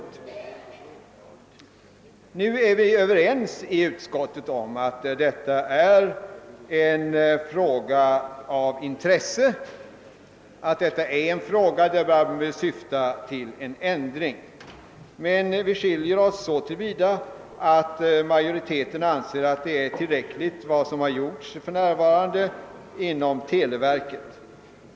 Inom utskottet är vi överens om att detta är en fråga av intresse och att en ändring bör komma till stånd. Skilda meningar föreligger dock så till vida att majoriteten anser att det är tillräckligt med vad som för närvarande görs inom televerket.